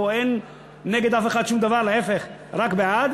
פה אין נגד אף אחד שום דבר, להפך, רק בעד.